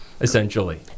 essentially